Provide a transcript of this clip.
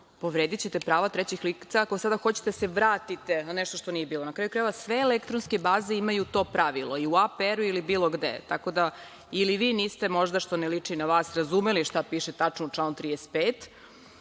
povredićete prava trećih lica, ako hoćete da se vratite na nešto što nije bilo. Na kraju-krajeva sve elektronske baze imaju to pravilo, i u APR i bilo gde. Tako da ili vi niste možda, što ne liči na vas, niste razumeli šta piše tačno u članu 35.